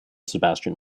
sebastian